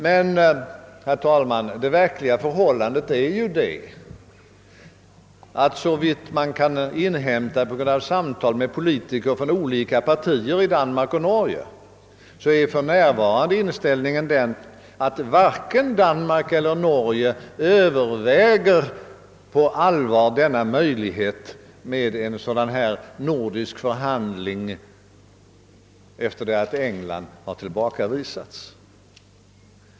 Men, herr talman, inställningen är ju den, såvitt man kan inhämta av samtal med politiker från olika partier i Danmark och Norge, att inget av dessa båda länder på allvar överväger nordiska förhandlingar eller i varje fall ett inträde i EEC efter det att England bestämt tillbakavisats.